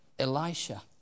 Elisha